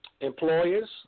employers